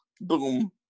boom